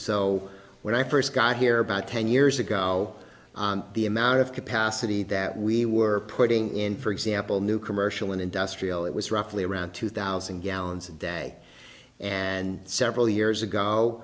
so when i first got here about ten years ago on the amount of capacity that we were putting in for example new commercial and industrial it was roughly around two thousand gallons a day and several years ago